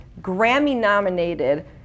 Grammy-nominated